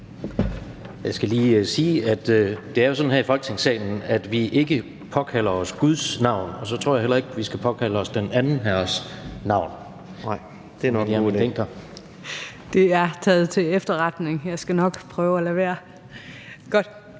Jeg skal lige sige, at det jo er sådan her i Folketingssalen, at vi ikke påkalder os Guds navn, og så tror jeg heller ikke, vi skal påkalde os den anden Herres navn. Fru Mette Hjermind Dencker. Kl. 16:58 Mette Hjermind Dencker (DF): Det er taget til efterretning. Jeg skal nok prøve at lade være.